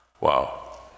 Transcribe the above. Wow